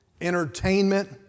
entertainment